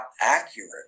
accurate